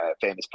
famous